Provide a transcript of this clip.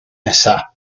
nesaf